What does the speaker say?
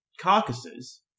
carcasses